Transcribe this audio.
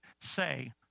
say